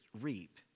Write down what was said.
reap